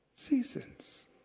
seasons